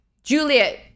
Juliet